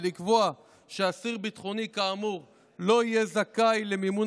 ולקבוע שאסיר ביטחוני כאמור לא יהיה זכאי למימון